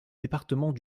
département